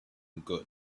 good